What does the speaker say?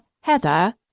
Heather